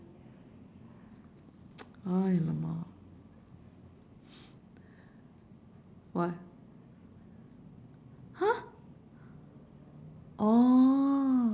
!alamak! what !huh! orh